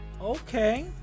Okay